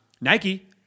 Nike